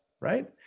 right